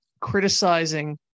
criticizing